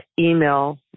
email